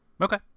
Okay